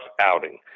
outing